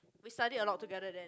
we studied a lot together then